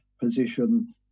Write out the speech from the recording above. position